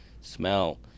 smell